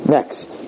Next